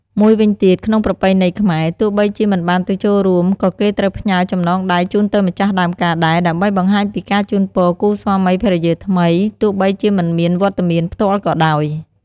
មួយវិញទៀត ក្នុងប្រពៃណីខ្មែរ ទោះបីជាមិនបានទៅចូលរួម ក៏គេត្រូវផ្ញើចំណងដៃជូនទៅម្ចាស់ដើមការដែរ ដើម្បីបង្ហាញពីការជូនពរគូស្វាមីភរិយាថ្មី ទោះបីជាមិនមានវត្តមានផ្ទាល់ក៏ដោយ។